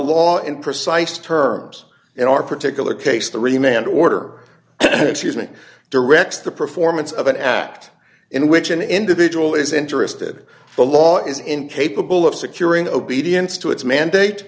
law in precise terms in our particular case the remainder order excuse me directs the performance of an act in which an individual is interested the law is incapable of securing obedience to its mandate